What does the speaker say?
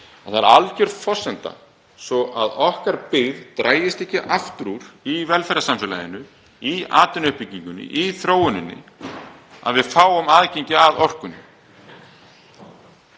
Það er alger forsenda, svo okkar byggð dragist ekki aftur úr í velferðarsamfélaginu, í atvinnuuppbyggingunni, í þróuninni, að við fáum aðgengi að orkunni.